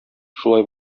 шулай